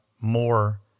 more